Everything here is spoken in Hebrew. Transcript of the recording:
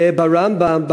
והרמב"ם,